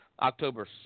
October